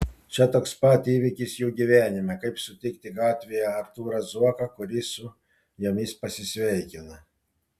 čia toks pat įvykis jų gyvenime kaip sutikti gatvėje artūrą zuoką kuris su jomis pasisveikina